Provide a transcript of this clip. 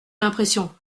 l’impression